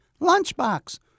lunchbox